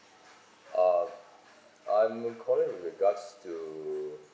uh I'm calling with regards to